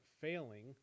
failing